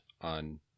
on